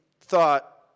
thought